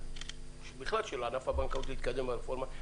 בכלל של ענף הבנקאות להתקדם ברפורמה.